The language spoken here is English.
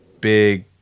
big –